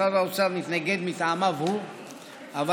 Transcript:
משרד האוצר מתנגד מטעמיו שלו,